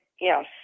Yes